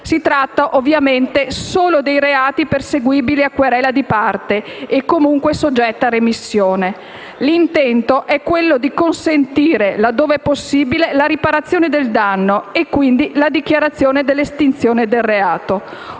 Si tratta, ovviamente, solo dei reati perseguibili a querela di parte, comunque soggetta a remissione. L'intento è quello di consentire, laddove possibile, la riparazione del danno e, quindi, la dichiarazione dell'estinzione del reato.